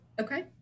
Okay